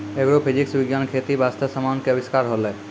agrophysics विज्ञान खेती बास्ते समान के अविष्कार होलै